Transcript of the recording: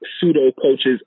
pseudo-coaches